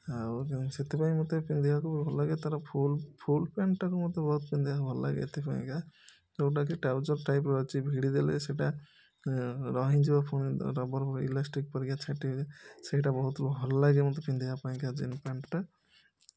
ଆଉ ସେଥିପାଇଁ ମୋତେ ପିନ୍ଧିବାକୁ ଭଲଲାଗେ ତା'ର ଫୁଲ୍ ଫୁଲ୍ ପ୍ୟାଣ୍ଟଟା ମୋତେ ଭଲଲାଗେ ଏଥିପାଇଁକା ଯେଉଁଟାକି ଟ୍ରାଉଜର ଟାଇପର ଅଛି ଭିଡ଼ିଦେଲେ ସେଇଟା ରହିଯିବ ପୁଣି ରବର ଇଲାଷ୍ଟିକ୍ ପରିକା ଛାଟିଲେ ସେଇଟା ବହୁତ ଭଲଲାଗେ ମୋତେ ପିନ୍ଧିବା ପାଇଁକା ଜିନ୍ ପ୍ୟାଣ୍ଟଟା